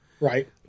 Right